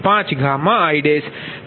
5i12